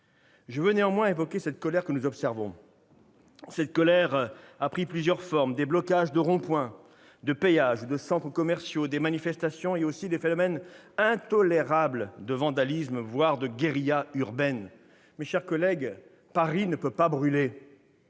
Je veux néanmoins évoquer la colère que nous observons. Cette colère a pris plusieurs formes : des blocages de ronds-points, de péages ou de centres commerciaux, des manifestations, et aussi des actes intolérables de vandalisme, voire de guérilla urbaine. Mes chers collègues, Paris ne peut pas brûler,